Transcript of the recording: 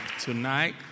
tonight